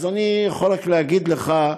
אני יכול רק להגיד לך,